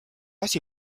asi